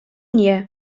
nie